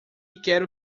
quero